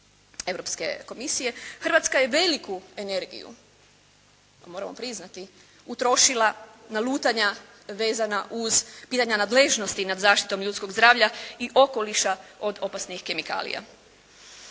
Europske komisije. Hrvatska je veliku energiju, moram vam priznati, utrošila na lutanja vezana uz biranja nadležnosti nad zaštitom ljudskog zdravlja i okoliša od opasnih kemikalija.